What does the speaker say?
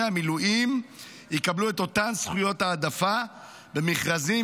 המילואים יקבלו את אותן זכויות העדפה במכרזים,